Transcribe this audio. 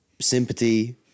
sympathy